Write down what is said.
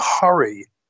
hurry